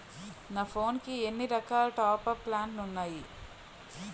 నా ఫోన్ కి ఎన్ని రకాల టాప్ అప్ ప్లాన్లు ఉన్నాయి?